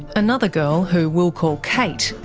another girl, who we'll call kate,